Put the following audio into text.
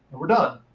and we're done.